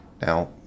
Now